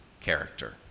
character